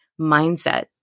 mindset